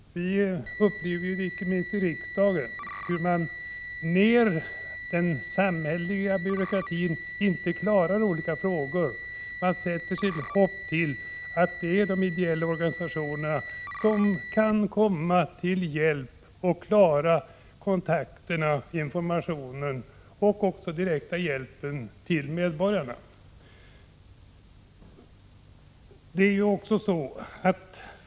Vi upplever exempelvis här i riksdagen att den samhälleliga byråkratin inte klarar vissa frågor. Man sätter sitt hopp till att de ideella organisationerna skall kunna komma till hjälp när det gäller att klara kontakter och information — och också det direkta stödet till medborgarna.